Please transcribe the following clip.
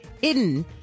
hidden